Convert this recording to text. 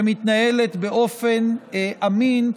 שמתנהלת באופן אמין,